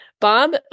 Bob